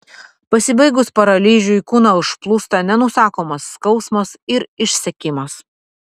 pasibaigus paralyžiui kūną užplūsta nenusakomas skausmas ir išsekimas